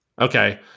Okay